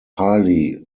highly